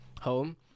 home